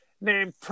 named